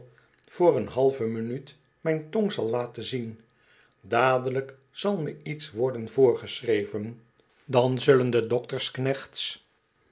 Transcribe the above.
voor een halve minuut mijn tong zal laten zien dadelijk zal me icts worden voorgeschreven dan zullen de dok